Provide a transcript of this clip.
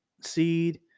seed